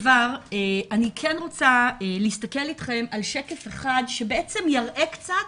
אני רוצה להסתכל איתכם על שקף אחד שיראה קצת